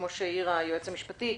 כמו שהעיר היועץ המשפטי.